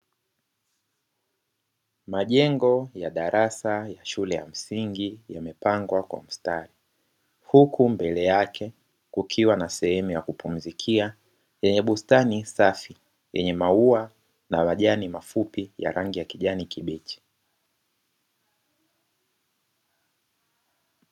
Majengo ya darasa ya shule ya msingi yamepangwa kwa mstari, huku mbele yake kukiwa na sehemu ya kupumzikia yenye bustani safi yenye maua na majani mafupi ya rangi ya kijani kibichi.